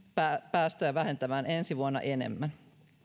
päästöjä vähentämään ensi vuonna enemmän